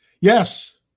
Yes